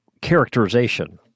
characterization